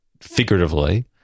figuratively